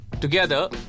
Together